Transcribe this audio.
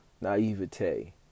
naivete